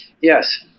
Yes